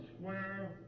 square